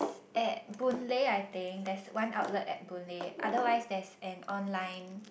at Boon-Lay I think there's one outlet at Boon-Lay otherwise there is an online